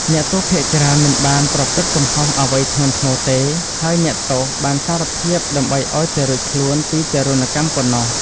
អ្នកទោសភាគច្រើនមិនបានប្រព្រឹត្តកំហុសអ្វីធ្ងន់ធ្ងរទេ ហើយអ្នកទោសបានសារភាពដើម្បីឱ្យតែរួចខ្លួនពីទារុណកម្មប៉ុណ្ណោះ ។